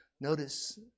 notice